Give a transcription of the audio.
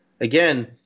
again